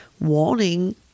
Wanting